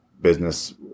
business